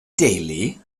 deulu